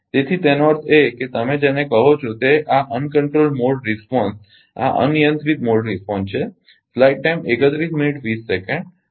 તેથી તેનો અર્થ એ કે તમે જેને કહો છો તે આ અનિયંત્રિત મોડ પ્રતિસાદ આ અનિયંત્રિત મોડ રિસ્પોન્સ છે